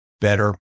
better